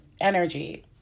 energy